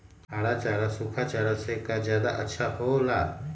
हरा चारा सूखा चारा से का ज्यादा अच्छा हो ला?